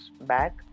back